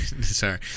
sorry